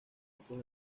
otros